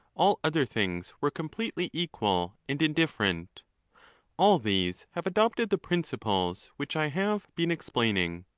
all other things were completely equal and indifferent all these have adopted the principles which i have been explaining.